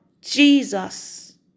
Jesus